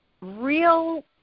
real